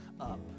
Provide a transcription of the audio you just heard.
up